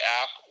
app